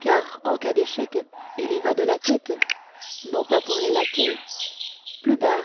car en cas d'échec il y va de la tête non pas pour les laquais plus bas